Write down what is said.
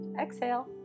exhale